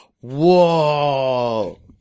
Whoa